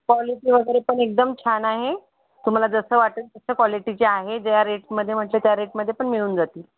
quality वगैरे पण एकदम छान आहे तुम्हाला जसं वाटल तसं क्वालिटीचे आहे ज्या रेटमधे म्हणता त्या रेटमधे पण मिळून जातील